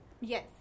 Yes